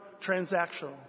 transactional